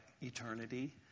eternity